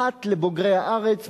אחת לבוגרי הארץ,